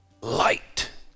light